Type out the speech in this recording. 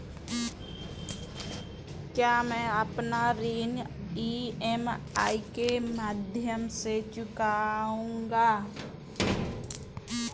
क्या मैं अपना ऋण ई.एम.आई के माध्यम से चुकाऊंगा?